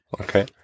Okay